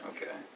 Okay